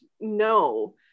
No